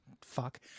fuck